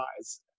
eyes